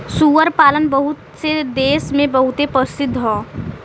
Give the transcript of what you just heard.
सूअर पालन बहुत से देस मे बहुते प्रसिद्ध हौ